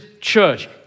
church